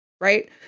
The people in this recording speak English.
Right